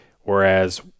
Whereas